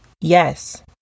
Yes